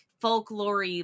folklore